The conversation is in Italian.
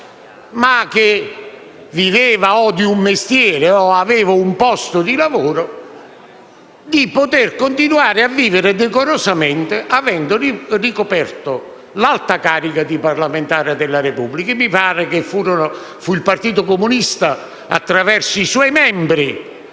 ma che viveva o di un mestiere o aveva un posto di lavoro, di continuare a vivere decorosamente avendo ricoperto l'alta carica di parlamentare della Repubblica. Mi pare che fu il Partito Comunista, attraverso i suoi membri,